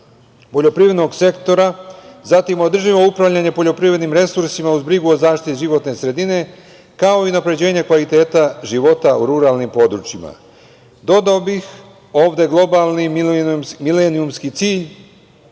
poljoprivrednog sektora, održivo upravljanje poljoprivrednim resursima uz brigu o zaštiti životne sredine, kao i unapređenje kvaliteta života u ruralnim područjima. Dodao bih ovde i globalni milenijumski cilj,